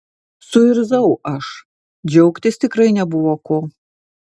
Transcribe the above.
suirzau aš džiaugtis tikrai nebuvo ko